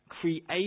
Create